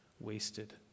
wasted